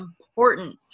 important